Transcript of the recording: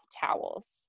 towels